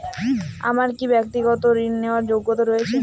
আমার কী ব্যাক্তিগত ঋণ নেওয়ার যোগ্যতা রয়েছে?